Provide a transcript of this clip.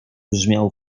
brzmiał